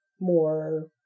more